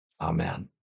amen